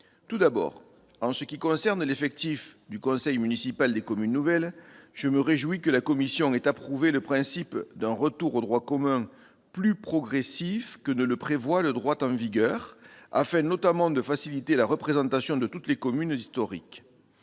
Tout d'abord, en ce qui concerne l'effectif du conseil municipal des communes nouvelles, je me réjouis que la commission ait approuvé le principe d'un retour au droit commun plus progressif que ne le prévoit le droit en vigueur, afin notamment de faciliter la représentation de toutes les communes historiques.